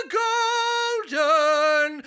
golden